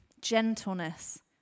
gentleness